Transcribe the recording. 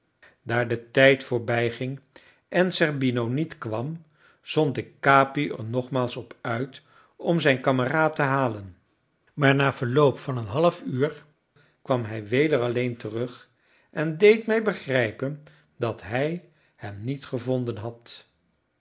daar de tijd voorbijging en zerbino niet kwam zond ik capi er nogmaals op uit om zijn kameraad te halen maar na verloop van een halfuur kwam hij weder alleen terug en deed mij begrijpen dat hij hem niet gevonden had